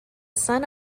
son